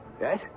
Yes